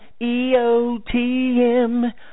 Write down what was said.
EOTM